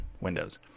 Windows